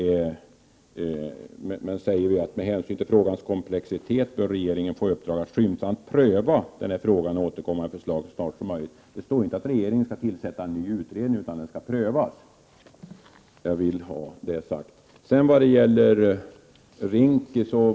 Vi säger följande: ”Med hänsyn till frågans komplexitet bör regeringen få i uppdrag att skyndsamt pröva den och återkomma med förslag så snart som möjligt.” Det står inte att regeringen skall tillsätta en ny utredning, utan att frågan skall prövas. Jag vill få detta sagt.